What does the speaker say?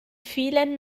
vielen